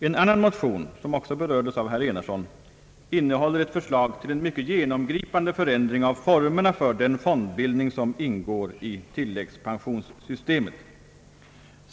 En annan motion, som också berördes av herr Enarsson, innehåller ett förslag till en mycket genomgripande förändring av formerna för den fondbildning som ingår i tilläggspensionssystemet.